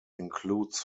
includes